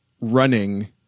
running